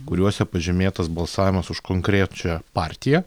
kuriuose pažymėtas balsavimas už konkrečią partiją